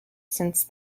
since